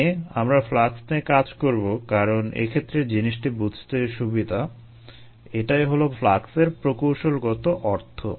এখানে আমরা ফ্লাক্স নিয়ে কাজ করবো কারণ এক্ষেত্রে জিনিসটি বুঝতে সুবিধা এটাই হলো ফ্লাক্সের প্রকৌশলগত অর্থ